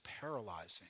paralyzing